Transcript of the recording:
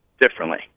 differently